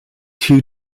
two